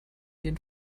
den